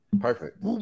Perfect